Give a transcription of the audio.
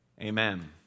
Amen